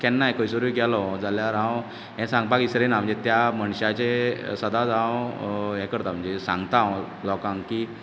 केन्नाय खंयसरूय गेलो जाल्यार हांव हें सांगपाक विसरना म्हणजे त्या मनशाचें सदांच हांव हें करता म्हणजे सागंता हांव लोकांक की